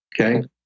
Okay